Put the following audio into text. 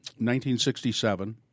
1967